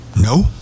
No